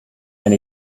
and